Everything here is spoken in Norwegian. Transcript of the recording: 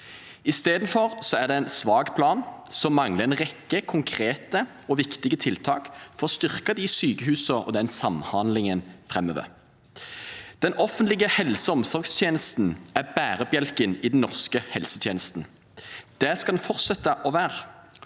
Istedenfor er det en svak plan som mangler en rekke konkrete og viktige tiltak for å styrke sykehusene og samhandlingen framover. Den offentlige helse- og omsorgstjenesten er bærebjelken i den norske helsetjenesten. Det skal den fortsette å være.